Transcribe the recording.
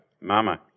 Mama